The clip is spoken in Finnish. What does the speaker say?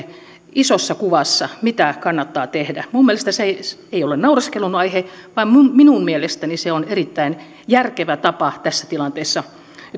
isossa kuvassa mitä kannattaa tehdä minun mielestäni se ei ole naureskelun aihe vaan minun minun mielestäni se on erittäin järkevä tapa tässä tilanteessa